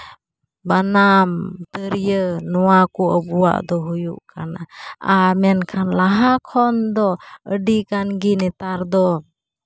ᱵᱟᱱᱟᱢ ᱛᱤᱨᱭᱟᱹ ᱱᱚᱣᱟ ᱠᱚ ᱟᱵᱚᱣᱟᱜ ᱫᱚ ᱦᱩᱭᱩᱜ ᱠᱟᱱᱟ ᱟᱨ ᱞᱟᱦᱟ ᱠᱷᱚᱱ ᱫᱚ ᱟᱹᱰᱤᱜᱟᱱ ᱜᱮ ᱱᱮᱛᱟᱨ ᱫᱚ